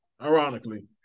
Ironically